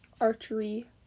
archery